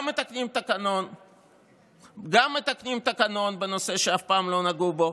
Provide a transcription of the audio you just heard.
גם מתקנים תקנון בנושא שאף פעם לא נגעו בו,